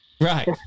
Right